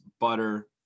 butter